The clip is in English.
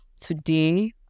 today